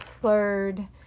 slurred